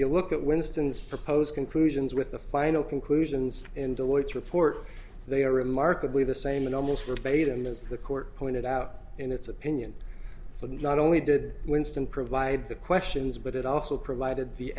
you look at winston's propose conclusions with the final conclusions and dilutes report they are remarkably the same and almost verbatim as the court pointed out in its opinion so not only did winston provide the questions but it also provided the